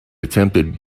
attempted